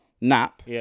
nap